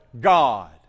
god